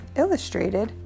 illustrated